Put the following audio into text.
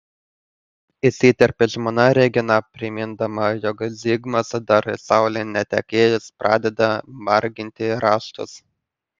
įsiterpia žmona regina primindama jog zigmas dar saulei netekėjus pradeda marginti raštus